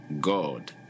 god